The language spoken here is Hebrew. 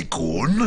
9),